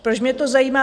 Proč mě to zajímá?